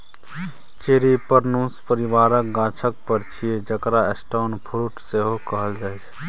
cherry prunus परिबारक गाछक फर छियै जकरा स्टोन फ्रुट सेहो कहल जाइ छै